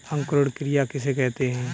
अंकुरण क्रिया किसे कहते हैं?